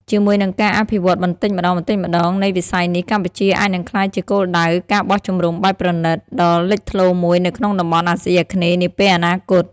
ជាមួយនឹងការអភិវឌ្ឍបន្តិចម្តងៗនៃវិស័យនេះ កម្ពុជាអាចនឹងក្លាយជាគោលដៅ ការបោះជំរំបែបប្រណីត ដ៏លេចធ្លោមួយនៅក្នុងតំបន់អាស៊ីអាគ្នេយ៍នាពេលអនាគត។